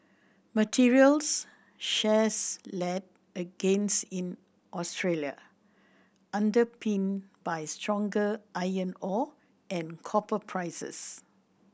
materials shares led a gains in Australia underpinned by stronger iron ore and copper prices